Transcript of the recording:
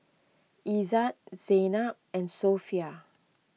Izzat Zaynab and Sofea